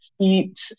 eat